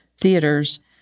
theaters